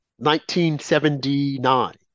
1979